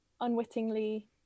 unwittingly